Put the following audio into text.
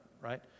right